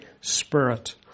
Spirit